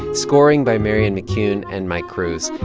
scoring by marianne mccune and mike cruz.